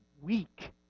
weak